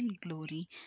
glory